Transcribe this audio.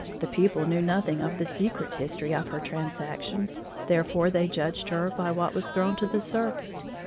the people knew nothing of the secret history of her transactions, therefore they judged her by what was thrown to the surface.